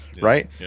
right